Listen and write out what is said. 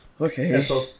Okay